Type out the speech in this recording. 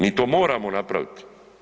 Mi to moramo napraviti.